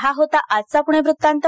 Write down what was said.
तर हा होता आजचा पुणे वृत्तांत